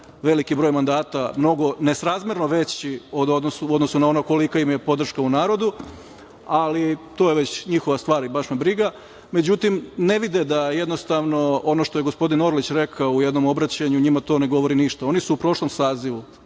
veliki broj mandata, mnogo nesrazmerno veći u odnosu na ono kolika im je podrška u narodu, ali to je već njihova stvar i baš me briga. Međutim, ne vide da jednostavno, ono što je gospodin Orlić rekao u jednom obraćanju, njima to ne govori ništa. Oni su u prošlom sazivu